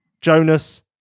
Jonas